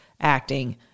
acting